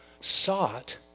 sought